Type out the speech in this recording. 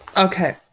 Okay